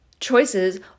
choices